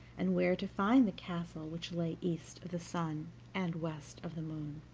and where to find the castle which lay east of the sun and west of the moon.